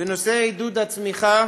בנושא עידוד הצמיחה